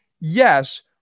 Yes